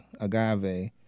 agave